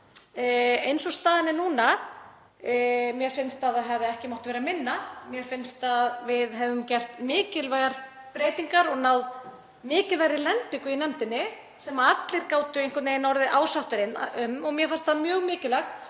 eins og staðan er núna að það hefði ekki mátt vera minna. Mér finnst við hafa gert mikilvægar breytingar og náð mikilvægri lendingu í nefndinni sem allir gátu einhvern veginn orðið ásáttir um og mér finnst það mjög mikilvægt